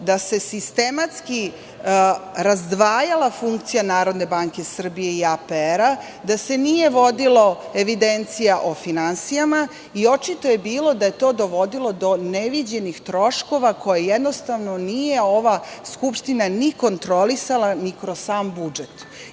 da se sistematski razdvajala funkcija Narodne banke Srbije i APR, da se nije vodila evidencija o finansijama i očito je bilo da je to dovodilo do neviđenih troškove koje nije ova Skupština kontrolisala kroz sam budžet.